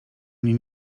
mnie